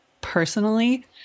personally